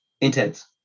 intense